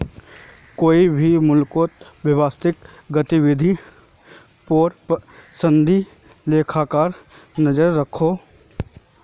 कोए भी मुल्केर व्यवसायिक गतिविधिर पोर संदी लेखाकार नज़र रखोह